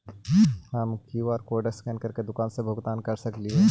हम QR code scan करके दुकान में भुगतान कैसे कर सकली हे?